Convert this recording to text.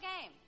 game